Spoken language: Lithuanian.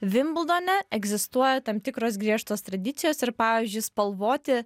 vimbldone egzistuoja tam tikros griežtos tradicijos ir pavyzdžiui spalvoti